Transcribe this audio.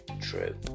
true